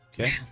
Okay